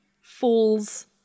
falls